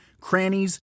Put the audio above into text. crannies